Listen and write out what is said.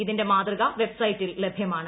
ഇതിന്റെ മാതൃക വെബ്സൈറ്റിൽ ലഭ്യമാണ്